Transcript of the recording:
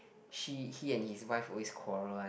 she he and his wife always quarrel one